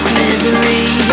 misery